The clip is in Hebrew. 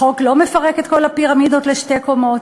החוק לא מפרק את כל הפירמידות לשתי קומות,